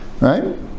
right